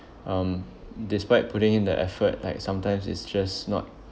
um despite putting in the effort like sometimes it's just not